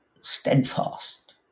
steadfast